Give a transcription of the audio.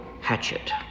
hatchet